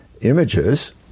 images